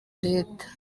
leta